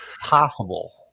possible